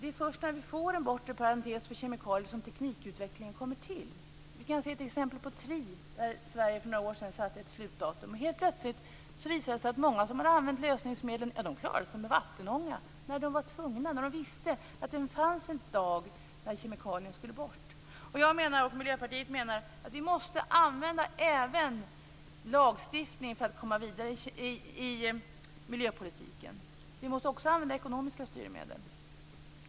Det är först när vi får en bortre parentes för kemikalier som det blir en teknikutveckling. Vi kan se på t.ex. tri, där Sverige för några år sedan satte ett slutdatum. Helt plötsligt visade det sig att många som hade använt lösningsmedlen klarade sig med vattenånga när de var tvungna, när de visste att det fanns en dag när kemikalien skulle bort. Jag och Miljöpartiet menar att vi även måste använda lagstiftning för att komma vidare i miljöpolitiken. Vi måste också använda ekonomiska styrmedel.